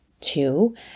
two